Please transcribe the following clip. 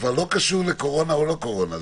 לא קשור לקורונה או לא קורונה,